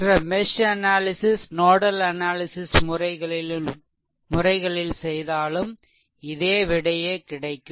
மற்ற mesh analysis nodal analysis முறைகளில் செய்தாலும் இதே விடையே கிடைக்கும்